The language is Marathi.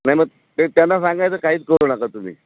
नाही मग ते त्यांना सांगायचं काहीच करू नका तुम्ही